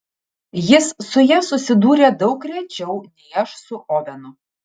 jis su ja susidūrė daug rečiau nei aš su ovenu